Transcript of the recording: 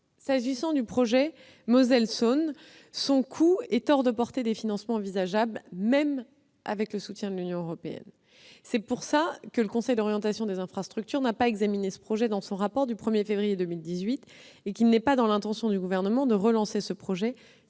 fluvial « Moselle-Saône », son coût est hors de portée des financements envisageables, même avec le soutien de l'Union européenne. C'est pour cette raison que le Conseil d'orientation des infrastructures n'a pas examiné ce projet dans son rapport du 1 février 2018 et qu'il n'est pas dans les intentions du Gouvernement de le relancer. Il s'agit